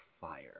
FIRE